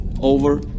over